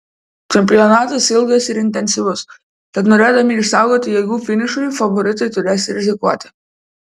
čempionatas ilgas ir intensyvus tad norėdami išsaugoti jėgų finišui favoritai turės rizikuoti